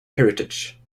heritage